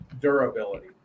durability